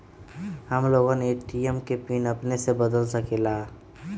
हम लोगन ए.टी.एम के पिन अपने से बदल सकेला?